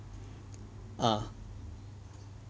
ah